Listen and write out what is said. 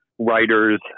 writers